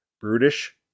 Brutish